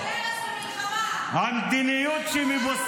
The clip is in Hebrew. -- של הרס ומלחמה --- של הרס